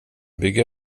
bygga